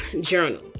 journal